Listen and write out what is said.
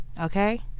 okay